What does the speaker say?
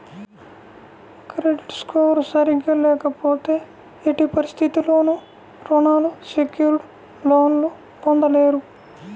credit score సరిగ్గా లేకపోతే ఎట్టి పరిస్థితుల్లోనూ రుణాలు సెక్యూర్డ్ లోన్లు పొందలేరు